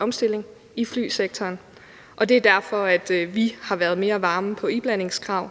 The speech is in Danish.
omstilling i flyvsektoren, og det er derfor, vi har været mere varme på iblandingskrav,